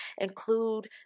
Include